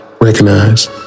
recognize